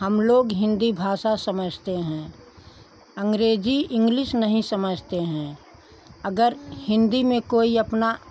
हम लोग हिन्दी भाषा समझते हैं अंग्रेज़ी इंग्लिश नहीं समझते हैं अगर हिन्दी में कोई अपना